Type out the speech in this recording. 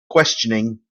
questioning